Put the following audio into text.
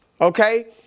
okay